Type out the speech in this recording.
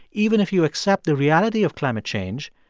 even if you accept the reality of climate change,